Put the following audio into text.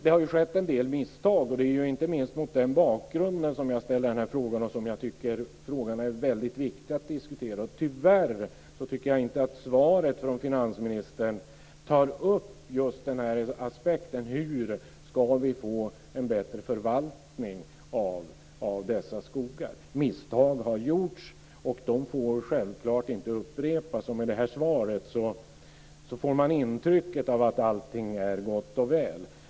Det har ju skett en del misstag, och det är inte minst mot den bakgrunden som jag ställer den här frågan och tycker att den är väldigt viktig att diskutera. Tyvärr tycker jag inte att svaret från finansministern tar upp just den aspekten: Hur ska vi få en bättre förvaltning av dessa skogar? Misstag har gjorts, och de får självklart inte upprepas, men av det här svaret får man intrycket att allting är gott och väl.